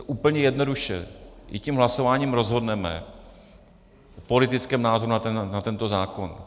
Úplně jednoduše, my tím hlasováním rozhodneme o politickém názoru na tento zákon.